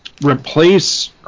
replace